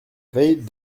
veille